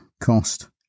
cost